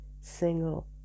single